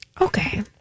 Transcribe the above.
Okay